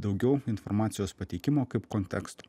daugiau informacijos pateikimo kaip konteksto